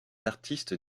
artistes